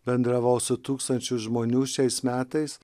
bendravau su tūkstančiu žmonių šiais metais